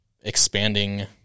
expanding